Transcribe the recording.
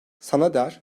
sanader